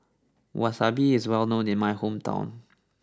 Wasabi is well known in my hometown